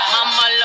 Mama